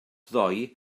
ddoe